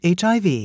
HIV